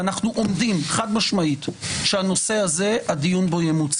ואנחנו עומדים חד-משמעית שהדיון בנושא הזה ימוצה.